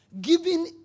Giving